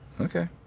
Okay